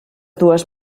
dues